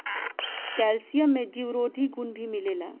calcium में जीवरोधी गुण भी मिलेला